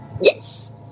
Yes